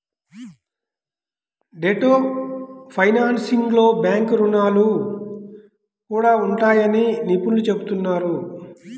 debt ఫైనాన్సింగ్లో bank రుణాలు కూడా ఉంటాయని నిపుణులు చెబుతున్నారు